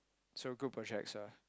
so group projects are